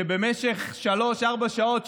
שבמשך שלוש-ארבע שעות,